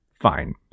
Fine